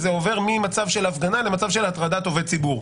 זה עובר ממצב של הפגנה למצב של הטרדת עובד ציבור,